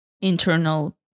internal